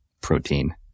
protein